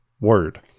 word